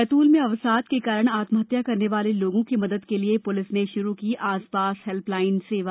बैतूल में अवसाद के कारण आत्महत्या करने वाले लोगों की मदद के लिये पुलिस ने शुरू की आसपास हेल्पलाइन सेवा